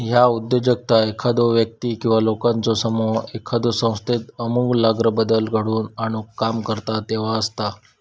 ह्या उद्योजकता एखादो व्यक्ती किंवा लोकांचो समूह एखाद्यो संस्थेत आमूलाग्र बदल घडवून आणुक काम करता तेव्हा असता